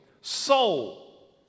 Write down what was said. Soul